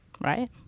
Right